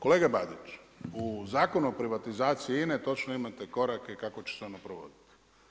Kolega Babić u Zakonu o privatizaciji INA-e točno imate korake kako će se one provoditi.